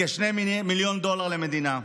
מיליון דולר למדינה.